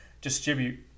distribute